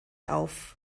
auf